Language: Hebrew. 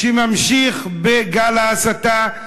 שממשיך בגל ההסתה,